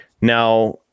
Now